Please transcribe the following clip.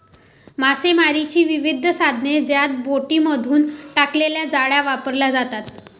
मासेमारीची विविध साधने ज्यात बोटींमधून टाकलेल्या जाळ्या वापरल्या जातात